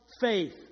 faith